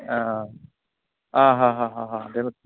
हो हो हो हो बेबो